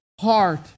heart